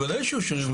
ודאי שהוא שרירותי.